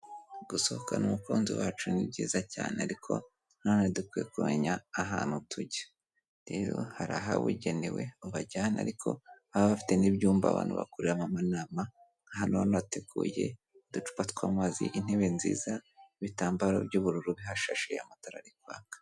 Gusohokana umukunzi wacu ni byiza cyane, ariko na none dukwiye kumenya ahantu tujya. Rero hari ahabugenewe ubajyana ariko haba bafite n'ibyumba abantu bakoreramo amanama. Noneho hanateguye uducupa tw'amazi, intebe nziza, ibitambaro by'ubururu bihashashe, amatara ari kwaka.